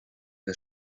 que